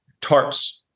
tarps